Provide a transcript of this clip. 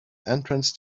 entrance